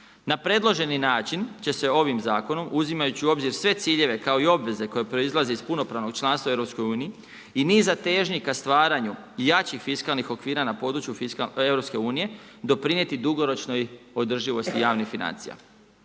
Na predloženi način će se ovim zakonom uzimajući u obzir sve ciljeve kao i obveze koje proizlaze iz punopravnog članstva u EU-u i niza težnji ka stvaranju jačih fiskalnih okvira na području EU-a, doprinijeti dugoročnoj održivosti javnih financija.